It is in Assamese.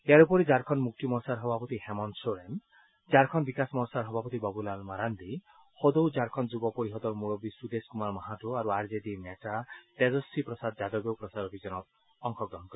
ইয়াৰ উপৰি ঝাৰখণ্ড মুক্তি মৰ্চাৰ সভাপতি হেমন্ত চোৰেন ঝাৰখণ্ড বিকাশ মৰ্চাৰ সভাপতি বাবুলাল মাৰাগ্ণী সদৌ ঝাৰখণ্ড যুৱ পৰিযদৰ মুৰববী সুদেশ কুমাৰ মাহাতো আৰু আৰ জে ডিৰ নেতা তেজন্বী প্ৰসাদ যাদৱেও প্ৰচাৰ অভিযানত অংশগ্ৰহণ কৰিব